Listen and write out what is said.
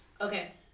Okay